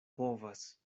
povas